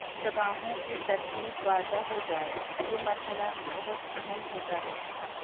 اس جگہوں کی ترتیب واضح ہو جائے یہ مرحلہ بہت اہم ہوتا ہے